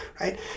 right